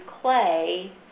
clay